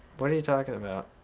what are you talking about?